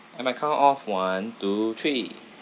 at my count of one two three